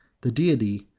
the deity,